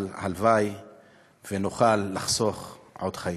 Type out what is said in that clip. אבל הלוואי שנוכל לחסוך עוד חיים.